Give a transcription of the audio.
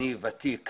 אני ותיק הפגנות,